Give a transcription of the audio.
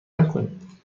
نکنید